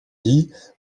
dit